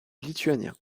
lituaniens